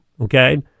okay